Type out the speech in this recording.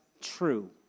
true